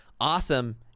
awesome